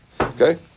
Okay